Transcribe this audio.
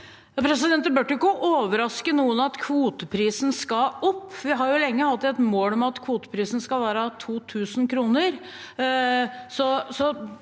Det burde ikke over- raske noen at kvoteprisen skal opp. Vi har jo lenge hatt et mål om at kvoteprisen skal være 2 000 kr.